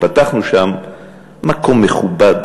פתחנו שם מקום מכובד,